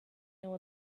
know